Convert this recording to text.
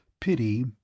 Pity